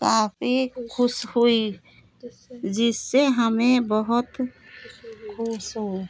काफ़ी ख़ुश हुई जिससे हमें बहुत ख़ुश हूँ